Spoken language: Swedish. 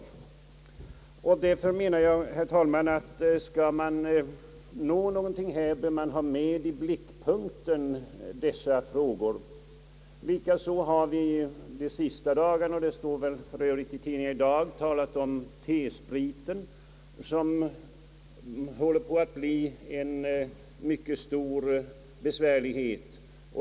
Därför, herr talman, bör man ha med i blickfältet dessa frågor. Likaså har vi de sista dagarna — det står väl för övrigt i tidningarna i dag — hört talas om T-spriten, som håller på att bli en mycket stor besvärlighet.